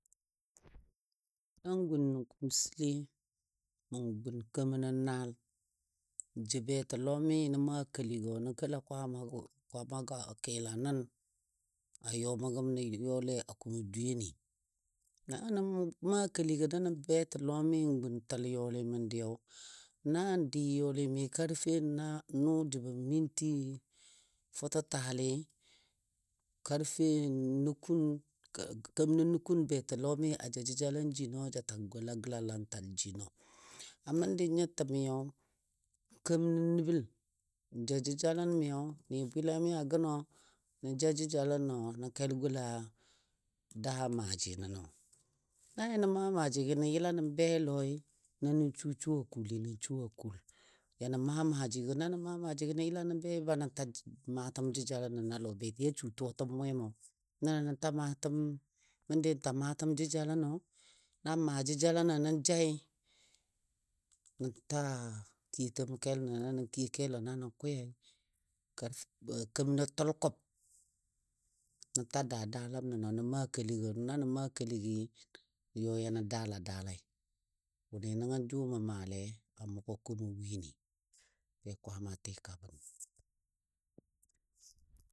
Nan gun nə kumsəli, mən gun kemənɔ naal n jou betəlomi nən maa kəligo nə kəla kwaamago, kwaamago a kɨla nən a yɔmə gəm nə yɔle a kumo dwɨyeni. Na nə maa kəligo nəno betəlɔmi n gun təl yɔli məndiyo, nan dɨ yɔli mi karfe nʊ jəbo minti fʊtətaalɨ karfe keməno nukun betəlɔmi a ja jəjalən jino ja ta gola gəlalantal jino. A məndɨnyo təmiyo, keməno nəbəl nja jəjalə miyo n ni bwɨlami a gənɔ, nə ja jəjalən nəno nən kel gola daa maaji nəno. Na yanə maa maajigɔ nə yəla nə bei lɔi na nə su su a kuuli na su a kuul ya nə maa maajigɔ na nə maa maajigɔ na yəla nə be banə ta maatəm jəjalən nəna lɔ betiyia su tuwa təm mwemo. Nəno nə ta maatəm, məndi n ta mantəm jəjaləno nan maa jəjaləno nən jai, nə ta kiyotəm kelo na nə kiyo kelo na nə kwiyai, karfe keməno tʊlkʊb nə ta daa dalən nəno, nə man kəligɔ na nə maa kəligi nə yɔ nə daala daalai Wʊni nəngo jʊ mə maalei a mʊgɔ Kumo wini. Be kwaama tɨka bən.